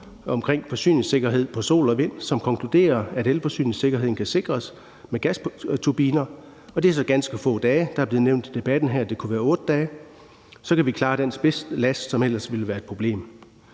omkring forsyningssikkerhed på sol og vind, som konkluderer, at elforsyningssikkerheden kan sikres med gasturbiner, og det er så ganske få dage, der er blevet nævnt i debatten her, det kunne være 8 dage, og så kan vi klare den spidsbelastning, som ellers ville være et problem.